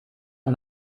und